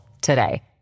today